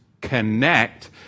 connect